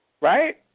Right